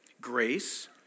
Grace